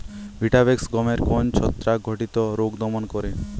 Vitavax গমের কোন ছত্রাক ঘটিত রোগ দমন করে?